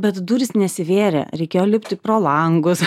bet durys nesivėrė reikėjo lipti pro langus